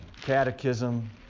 catechism